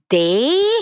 day